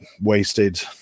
wasted